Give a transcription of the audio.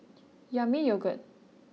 Yami Yogurt